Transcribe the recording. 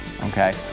okay